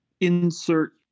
Insert